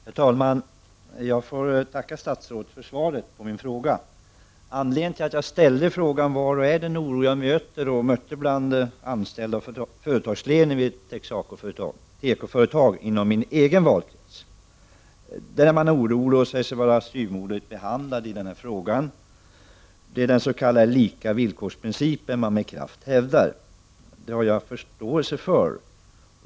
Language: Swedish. Herr talman! Jag ber att få tacka statsrådet för svaret på min fråga. Anledningen till frågan är den oro jag möter bland anställda och företagsledare vid tekoföretag inom min egen valkrets. Man är orolig och känner sig styvmoderligt behandlad. Med kraft hävdar man principen om lika villkor. Det har jag förståelse för.